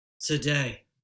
today